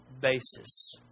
basis